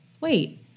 wait